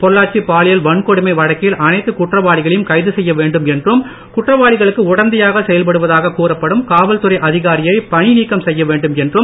பொள்ளாச்சி பாலியல் வன்கொடுமை வழக்கில் அனைத்து குற்றவாளிகளையும் கைது செய்ய வேண்டும் என்றும் குற்றவாளிகளுக்கு உடந்தையாக செயல்படுவதாக கூறப்படும் காவல்துறை அதிகாரியை பணி நீக்கம் செய்ய வேண்டும் என்றும்